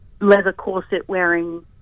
leather-corset-wearing